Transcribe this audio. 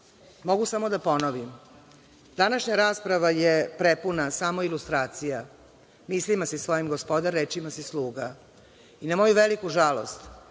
mogu samo da ponovim – današnja rasprava je prepuna samo ilustracija, „mislima si svojim gospodar, rečima si sluga“. Na moju veliku žalost,